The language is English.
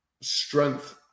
strength